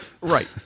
right